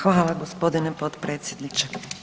Hvala gospodine potpredsjedniče.